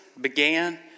began